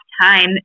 time